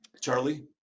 Charlie